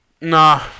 Nah